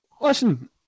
Listen